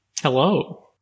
Hello